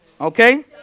Okay